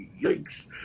yikes